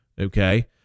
okay